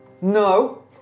No